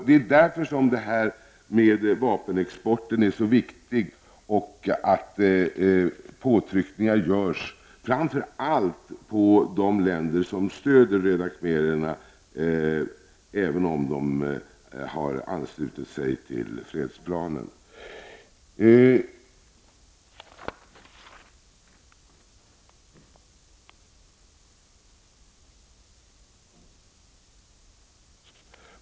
Det är därför som vapenexporten är så viktig, och det är viktigt att påtryckningar görs framför allt på de länder som även om de anslutit sig till fredsplanen stöder de röda khmererna.